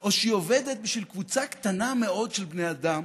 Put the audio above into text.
או שהיא עובדת בשביל קבוצה קטנה מאוד של בני אדם